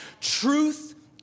Truth